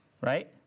right